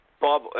Bob